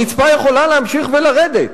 הרצפה יכולה להמשיך ולרדת.